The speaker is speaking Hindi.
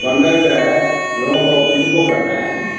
बंदर जो है लोगों को पिटबो करता है ना